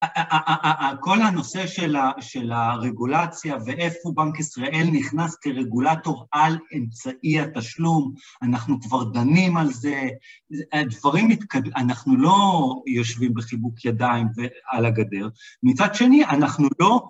כל הנושא של הרגולציה, ואיפה בנק ישראל נכנס כרגולטור על אמצעי התשלום, אנחנו כבר דנים על זה, דברים , אנחנו לא יושבים בחיבוק ידיים על הגדר. מצד שני, אנחנו לא...